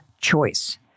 choice